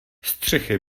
střechy